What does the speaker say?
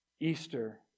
Easter